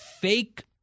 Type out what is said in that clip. fake